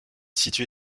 situé